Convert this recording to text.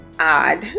Odd